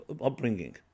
upbringing